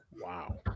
Wow